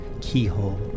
keyhole